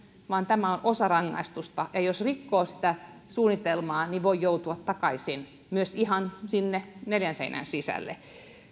vaan tämä on osa rangaistusta ja jos rikkoo sitä suunnitelmaa niin voi joutua takaisin myös ihan sinne neljän seinän sisälle